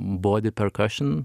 bodi perkašin